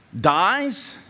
dies